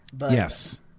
Yes